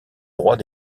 droits